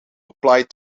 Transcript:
applied